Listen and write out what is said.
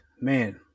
man